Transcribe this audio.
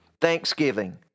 Thanksgiving